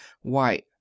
Why